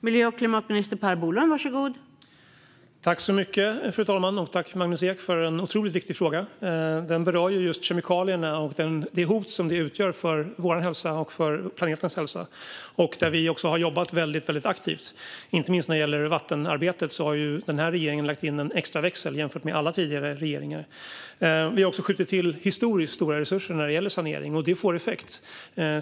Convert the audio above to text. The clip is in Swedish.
Fru talman! Tack, Magnus Ek, för en otroligt viktig fråga! Den berör ju just kemikalierna och det hot som de utgör för vår och planetens hälsa. Här har vi jobbat väldigt aktivt. Inte minst när det gäller vattenarbetet har den här regeringen lagt in en extra växel jämfört med alla tidigare regeringar. Vi har också skjutit till historiskt stora resurser när det gäller sanering, och det får effekt.